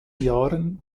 jahren